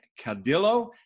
Cadillo